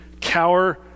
cower